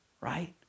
Right